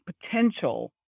potential